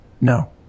No